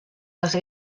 les